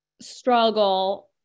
struggle